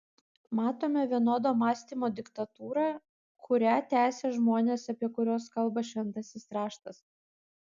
matome vienodo mąstymo diktatūrą kurią tęsia žmonės apie kuriuos kalba šventasis raštas